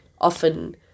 Often